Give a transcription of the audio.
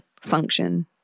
function